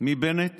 מבנט